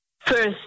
first